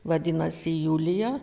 vadinasi julija